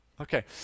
Okay